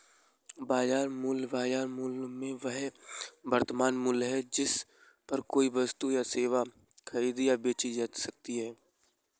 बाजार मूल्य, बाजार मूल्य में वह वर्तमान मूल्य है जिस पर कोई वस्तु या सेवा खरीदी या बेची जा सकती है